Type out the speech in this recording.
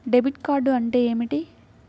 Debit card అంటే ఏమిటి?